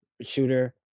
shooter